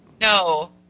No